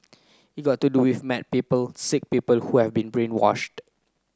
it got to do with mad people sick people who have been brainwashed